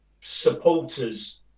supporters